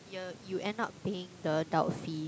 yeah you end up paying the adult fee